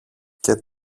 και